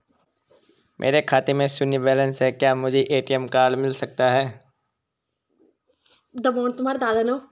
मेरे खाते में शून्य बैलेंस है क्या मुझे ए.टी.एम कार्ड मिल सकता है?